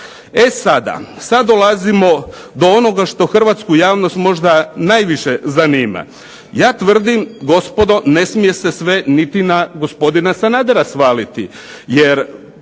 E sada, sad dolazimo do onoga što hrvatsku javnost možda najviše zanima. Ja tvrdim gospodo ne smije se sve ni na gospodina Sanadera svaliti, jer